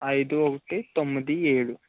ఐదు ఒకటి తొమ్మిది ఏడు